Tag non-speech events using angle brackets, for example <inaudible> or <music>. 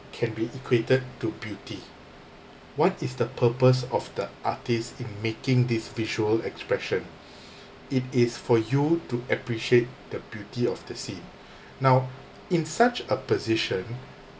can be equated to beauty what is the purpose of the artist in making this visual expression <breath> it is for you to appreciate the beauty of the scene now in such a position